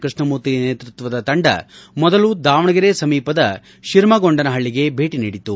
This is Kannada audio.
ಕ್ಲೆಕ್ಷಮೂರ್ತಿ ನೇತೃತ್ವದ ತಂಡ ಮೊದಲು ದಾವಣಗೆರೆ ಸಮೀಪದ ತಿರಮಗೊಂಡನಹಳ್ಳಿಗೆ ಭೇಟಿ ನೀಡಿತು